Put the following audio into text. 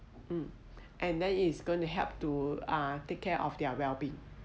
mm and then it's gonna help to uh take care of their well being